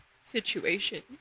situation